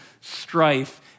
strife